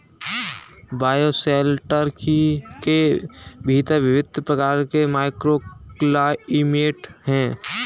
bioshelter के भीतर विभिन्न प्रकार के माइक्रोक्लाइमेट हैं